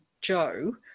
Joe